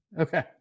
okay